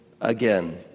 again